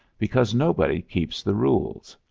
because nobody keeps the rules.